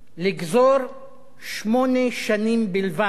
לגזור שמונה שנים בלבד